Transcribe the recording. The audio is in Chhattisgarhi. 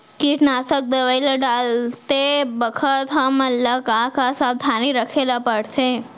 कीटनाशक दवई ल डालते बखत हमन ल का का सावधानी रखें ल पड़थे?